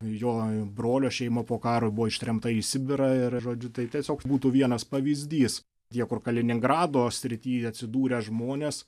jo brolio šeima po karo buvo ištremta į sibirą ir žodžiu tai tiesiog būtų vienas pavyzdys tie kur kaliningrado srity atsidūrę žmonės